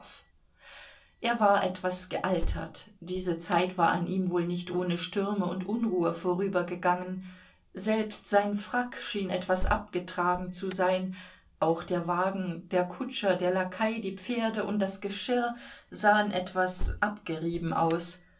er war etwas gealtert diese zeit war an ihm wohl nicht ohne stürme und unruhe vorübergegangen selbst sein frack schien etwas abgetragen zu sein auch der wagen der kutscher der lakai die pferde und das geschirr sahen etwas abgerieben aus